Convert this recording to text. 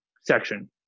section